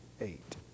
eight